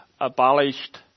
abolished